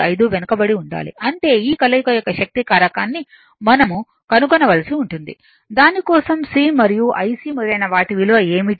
95 వెనుకబడి ఉండాలి అంటే ఈ కలయిక యొక్క శక్తి కారకాన్ని మనం కనుగొనవలసి ఉంటుంది దాని కోసం c మరియు IC మొదలైన వాటి విలువ ఏమిటి